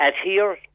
adhere